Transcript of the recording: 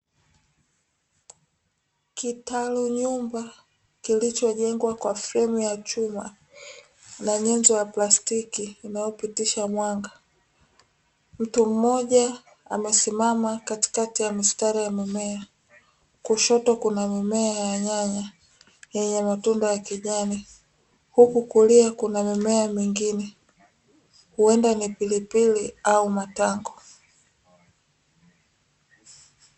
Kitalu nyumba kilichojengwa kwa fremu ya chuma na nyenzo ya plastiki inayopitisha mwanga, mtu mmoja amesimama katikati ya mistari ya mimea kushoto kuna mimea ya nyanya yenye matunda ya kijani, huku kulia kuna mimea mingine huenda ni pilipili au matango.